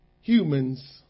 humans